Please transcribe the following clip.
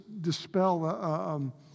dispel